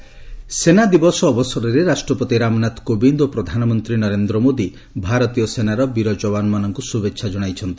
ପ୍ରେକ୍ ଆର୍ମି ସେନାଦିବସ ଅବସରରେ ରାଷ୍ଟ୍ରପତି ରାମନାଥ କୋବିନ୍ଦ ଓ ପ୍ରଧାନମନ୍ତ୍ରୀ ନରେନ୍ଦ୍ର ମୋଦି ଭାରତୀୟ ସେନାର ବୀର ଯବାନ ମାନଙ୍କୁ ଶୁଭେଚ୍ଛା ଜଣାଇଛନ୍ତି